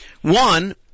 One